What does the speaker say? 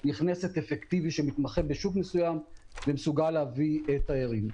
נכנסת אפקטיבי שמתמחה בשוק מסוים ומסוגל להביא תיירים.